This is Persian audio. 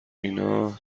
اینا